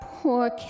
poor